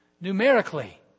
Numerically